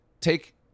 Take